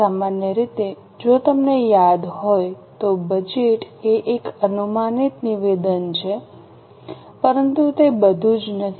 સામાન્ય રીતે જો તમને યાદ હોય તો બજેટ એ એક અનુમાનિત નિવેદન છે પરંતુ તે બધુ જ નથી